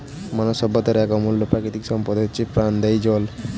মানব সভ্যতার এক অমূল্য প্রাকৃতিক সম্পদ হচ্ছে প্রাণদায়ী জল